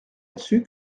dessus